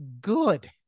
good